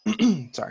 sorry